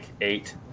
eight